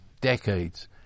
decades